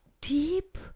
deep